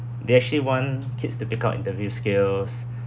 they actually want kids to pick up interview skills